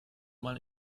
mal